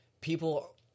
people